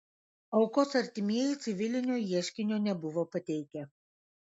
aukos artimieji civilinio ieškinio nebuvo pateikę